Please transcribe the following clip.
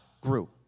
grew